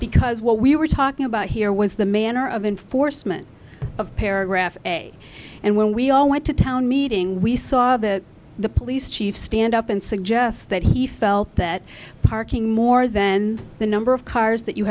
because what we were talking about here was the manner of enforcement of paragraph a and when we all went to town meeting we saw the the police chief stand up and suggest that he felt that parking more than the number of cars that you